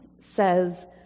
says